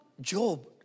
Job